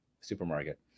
supermarket